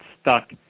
stuck